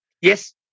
Yes